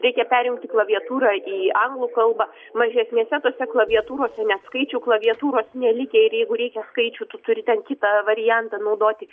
reikia perjungti klaviatūrą į anglų kalbą mažesnėse tose klaviatūrose net skaičiau klaviatūros nelikę ir jeigu reikia skaičių tu turi ten kitą variantą naudoti